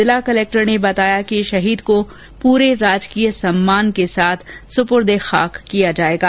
जिला कलेक्टर ने बताया कि शहीद को पूरे राजकीय सम्मान के साथ सुपुर्द ए खाक किया जाएगा